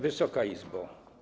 Wysoka Izbo!